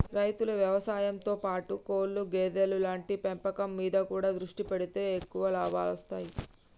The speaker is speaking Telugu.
రైతులు వ్యవసాయం తో పాటు కోళ్లు గేదెలు లాంటి పెంపకం మీద కూడా దృష్టి పెడితే ఎక్కువ లాభాలొస్తాయ్